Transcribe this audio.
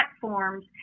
platforms